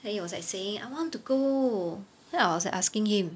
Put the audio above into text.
then he was like saying I want to go then I was like asking him